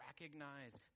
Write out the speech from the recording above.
recognize